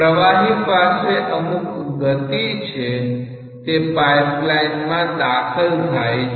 પ્રવાહી પાસે અમુક ગતિ છે તે પાઇપમાં દાખલ થાય છે